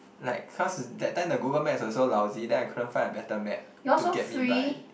like cause that time the Google Maps was so lousy then I couldn't find a better map to get me by